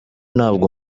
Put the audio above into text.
ntabwo